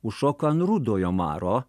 užšoko ant rudojo maro